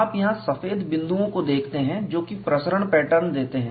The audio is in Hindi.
आप यहां सफेद बिंदुओं को देखते हैं जो कि प्रसरण पैटर्न देते हैं